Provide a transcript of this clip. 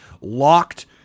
locked